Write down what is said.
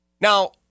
Now